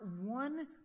one